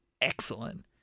excellent